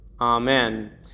Amen